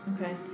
okay